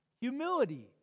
Humility